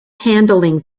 handling